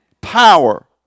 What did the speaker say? power